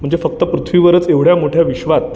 म्हणजे फक्त पृथ्वीवरच एवढ्या मोठ्या विश्वात